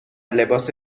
لباس